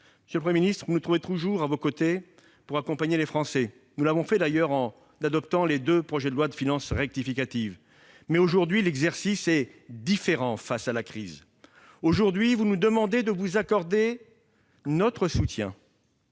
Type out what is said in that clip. Monsieur le Premier ministre, vous nous trouverez toujours à vos côtés pour accompagner les Français. Nous avons d'ailleurs adopté les deux projets de loi de finances rectificative. Mais l'exercice, aujourd'hui, est différent, face à la crise. Aujourd'hui, vous nous demandez de vous accorder notre soutien.